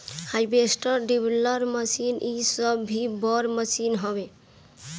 harvester, dibbler machine इ सब भी बड़ मशीन हवे